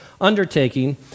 undertaking